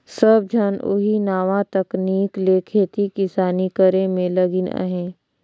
सब झन ओही नावा तकनीक ले खेती किसानी करे में लगिन अहें